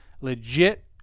legit